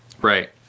Right